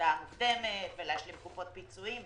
הודעה מוקדמת, להשלים קופות פיצויים וכו',